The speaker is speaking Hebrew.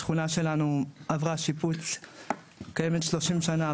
השכונה שלנו קיימת 30 שנה,